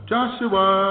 Joshua